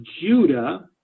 Judah